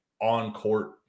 on-court